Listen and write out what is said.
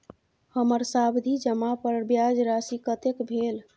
हमर सावधि जमा पर ब्याज राशि कतेक भेल?